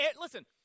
Listen